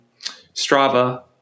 Strava